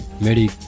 Merry